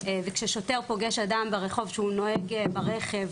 וכששוטר פוגש אדם כשהוא נוהג ברכב,